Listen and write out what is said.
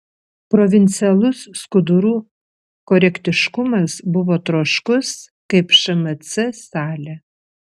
provincialus skudurų korektiškumas buvo troškus kaip šmc salė